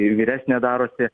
vyresnė darosi